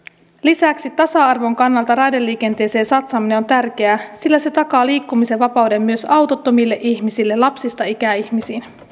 lisäksi tasa arvon kannalta raideliikenteeseen satsaaminen on tärkeää sillä se takaa liikkumisen vapauden myös autottomille ihmisille lapsista ikäihmisiin